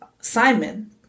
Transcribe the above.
Simon